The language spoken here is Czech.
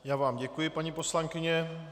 Já vám děkuji, paní poslankyně.